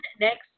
next